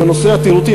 עם הנושא התיירותי,